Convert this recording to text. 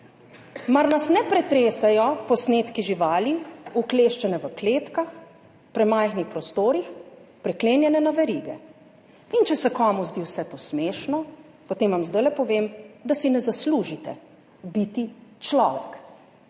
Mar nas ne pretresajo posnetki živali, ukleščene v kletkah, premajhnih prostorih, priklenjene na verige? In če se komu zdi vse to smešno, potem vam zdajle povem, da si ne zaslužite biti človek,